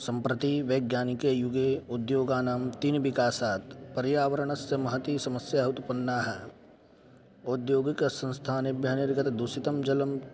सम्प्रति वैज्ञानिकेयुगे उद्योगानां तीनि विकासात् पर्यावरणस्य महती समस्याः उत्पन्नाः औद्योगिकसंस्थानेभ्यः निर्गतं दूषितं जलं